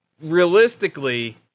realistically